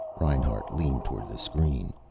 reinhart leaned toward the screen.